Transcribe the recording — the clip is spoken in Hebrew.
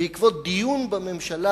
בעקבות דיון בממשלה,